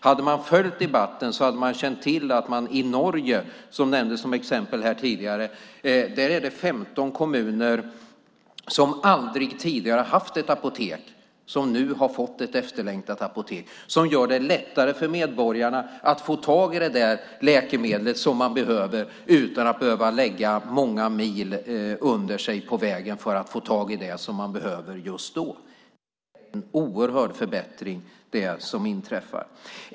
Hade man följt debatten hade man känt till att i Norge, som nämndes som exempel här tidigare, är det 15 kommuner som aldrig tidigare haft ett apotek som nu har fått ett efterlängtat apotek. Det gör det lättare för medborgarna att få tag i det läkemedel som man behöver utan att behöva lägga många mil under sig på vägen för att få tag i det som man behöver just då. Det är en oerhörd förbättring som inträffat.